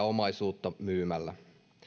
omaisuutta myymällä